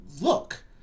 look